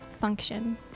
function